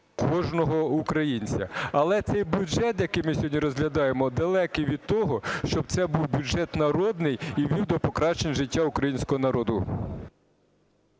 кожного українця. Але цей бюджет, який ми сьогодні розглядаємо, далекий від того, щоб це був бюджет народний і вів до покращення життя українського народу.